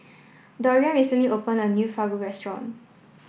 dereon recently opened a new Fugu restaurant